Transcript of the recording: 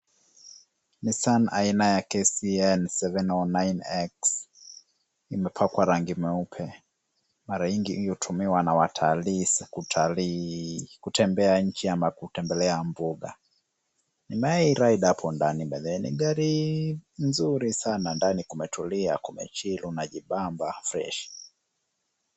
Nissan aina ya KCA 709X imepakwa rangi mweupe. Mara nyingi hutumiwa na watalii kutemebea nchi au kutembelea mbuga. Nimewahi ride hapo ndani by the way . Ni gari nzuri sana, ndani kumetulia, kumechill, unajibamba fresh .